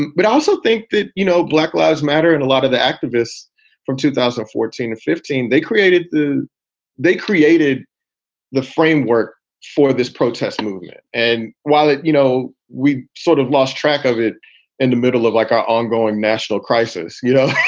and but i also think that, you know, black lives matter and a lot of the activists from two thousand fourteen or fifteen, they created the they created the framework for this protest movement. and while, you know, we sort of lost track of it in the middle of like our ongoing national crisis. you know,